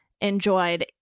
enjoyed